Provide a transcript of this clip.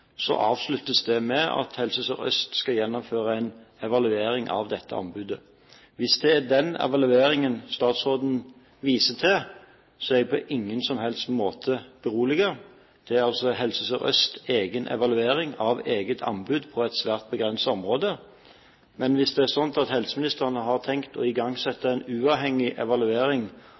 Hvis det er den evalueringen statsråden viser til, er jeg på ingen som helst måte beroliget, for dette er Helse Sør-Østs egen evaluering av eget anbud på et svært begrenset område. Hvis det er slik at helseministeren har tenkt å igangsette en uavhengig evaluering